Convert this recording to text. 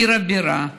עיר הבירה,